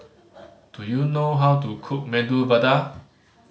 do you know how to cook Medu Vada